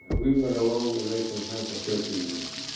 we were alone away from the family for thirteen years.